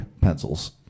pencils